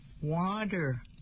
water